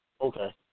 okay